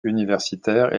universitaire